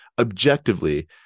Objectively